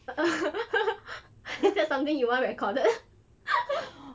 is that something you want recorded